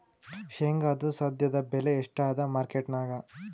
ಶೇಂಗಾದು ಸದ್ಯದಬೆಲೆ ಎಷ್ಟಾದಾ ಮಾರಕೆಟನ್ಯಾಗ?